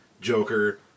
joker